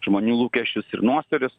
žmonių lūkesčius ir nuostolius